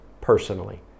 personally